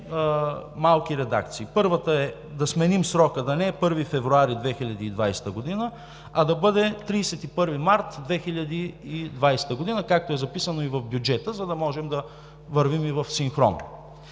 малки редакции. Първата е да сменим срока – да не е „1 февруари 2020 г.“, а да бъде „31 март 2020 г.“, както е записано и в бюджета, за да можем да вървим в синхрон.